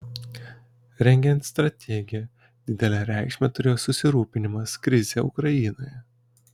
rengiant strategiją didelę reikšmę turėjo susirūpinimas krize ukrainoje